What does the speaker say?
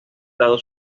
dado